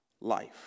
life